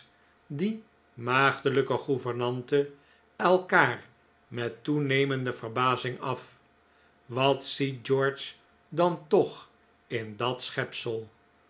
die maagdelijke gouvernante elkaar met toenemende verbazing af wat ziet george dan toch in dat schepsel